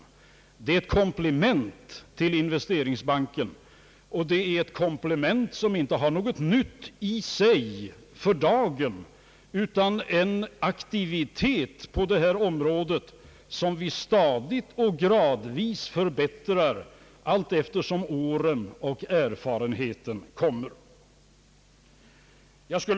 De innebär ett komplement till investeringsbanken. Det är här fråga om ett komplement, som inte innebär någonting nytt för dagen utan som innebär en aktivitet på detta område, som vi stadigt och gradvis förbättrar allteftersom vi vinner erfarenheter under årens lopp.